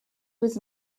was